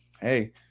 Hey